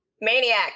Maniac